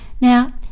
Now